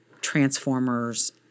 transformers